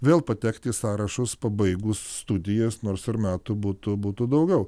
vėl patekti į sąrašus pabaigus studijas nors ar metų būtų būtų daugiau